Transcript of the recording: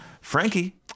Frankie